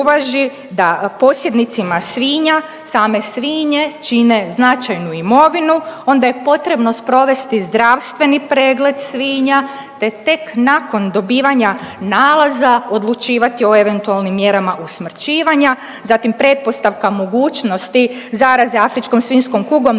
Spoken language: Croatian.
da posjednicima svinja same svinje čine značajnu imovinu, onda je potrebno sprovesti zdravstveni pregled svinja te tek nakon dobivanja nalaza, odlučivati o eventualnim mjerama usmrćivanja, zatim pretpostavka mogućnost zaraze afričkom svinjskom kugom